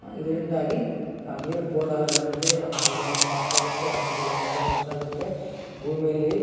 ಇದರಿಂದಾಗಿ ನೀರು ಪೋಲಾಗದಂತೆ ತಮ್ಮ ಹೊಲದಲ್ಲಿ ಸಾಕಾಗುತ್ತೆ ಅಂತರ್ಜಲ ಮಟ್ಟ ಹೆಚ್ಚಾಗುತ್ತೆ ಭೂಮಿಯಲ್ಲಿ